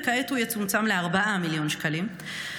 וכעת הוא יצומצם ל-4 מיליון שקלים,